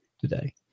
today